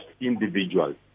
individuals